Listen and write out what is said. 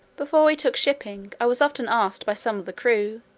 before we took shipping, i was often asked by some of the crew,